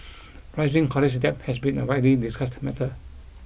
rising college debt has been a widely discussed matter